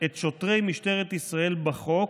את שוטרי משטרת ישראל בחוק